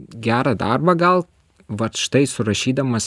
gerą darbą gal vat štai surašydamas